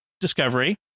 Discovery